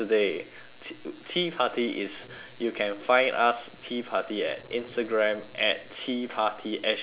t~ tea party is you can find us tea party at instagram at tea party S_G